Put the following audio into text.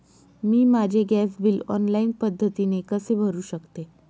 मी माझे gas bill online पद्धतीने कसे भरु शकते?